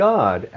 God